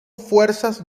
fuerzas